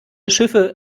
schiffe